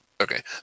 Okay